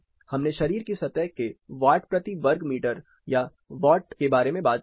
हमने शरीर की सतह के वाट प्रति वर्ग मीटर या वाट के बारे में बात की थी